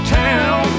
town